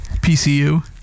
PCU